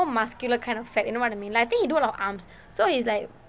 muscular kind of fat you know what I mean I think you do a lot of arms so he's like